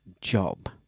job